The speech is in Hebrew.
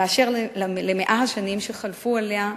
באשר ל-100 השנים שחלפו עליה,